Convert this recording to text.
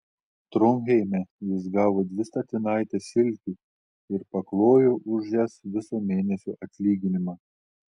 tronheime jis gavo dvi statinaites silkių ir paklojo už jas viso mėnesio atlyginimą